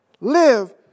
live